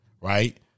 right